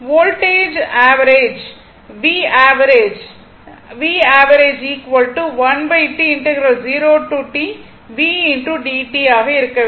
voltage V average ஆக இருக்க வேண்டும்